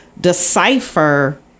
decipher